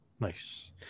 Nice